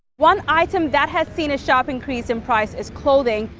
one item that has seen a sharp increase in price is clothing.